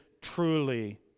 truly